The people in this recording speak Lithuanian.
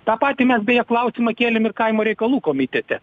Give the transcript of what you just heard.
tą patį mes beje klausimą kėlėm ir kaimo reikalų komitete